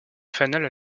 fanal